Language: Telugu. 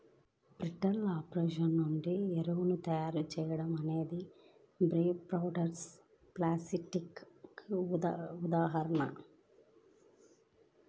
ఫీడ్లాట్ ఆపరేషన్ నుండి ఎరువు తయారీ చేయడం అనేది బై ప్రాడక్ట్స్ ప్రాసెసింగ్ కి ఉదాహరణ